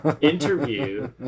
interview